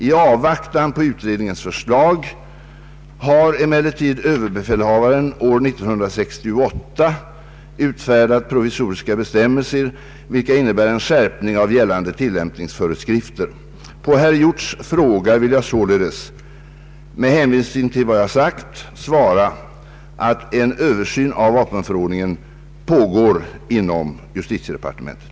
I avvaktan på utredningens förslag har emellertid överbefälhavaren år 1968 utfärdat provisoriska bestämmelser, vilka innebär en skärpning av gällande tillämpningsföreskrifter. På herr Hjorts fråga vill jag således, med hänvisning till vad jag sagt, svara att en översyn av vapenförordningen redan pågår inom justitiedepartementet.